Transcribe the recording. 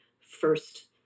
first